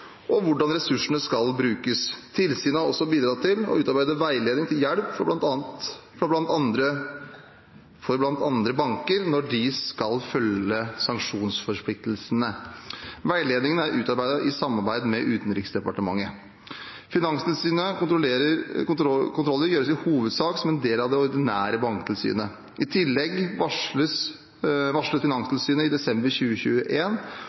og hvordan ressursene skal brukes. Tilsynet har også bidratt til å utarbeide en veiledning til hjelp for bl.a. banker når de skal følge sanksjonsforpliktelsene. Veiledningen er utarbeidet i samarbeid med Utenriksdepartementet. Finanstilsynets kontroller gjøres i hovedsak som en del av det ordinære banktilsynet. I tillegg varslet